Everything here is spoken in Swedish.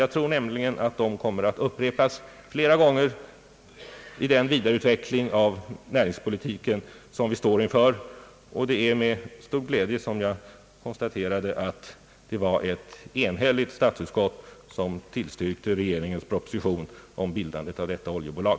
Jag tror nämligen att de kommer att upprepas flera gånger i den vidareutveck ling av näringspolitiken som vi står inför. Det var också med stor glädje som jag konstaterade att det var ett enhälligt statsutskott som tillstyrkte regeringens proposition om bildandet av detta oljebolag.